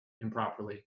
improperly